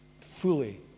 fully